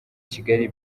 kigali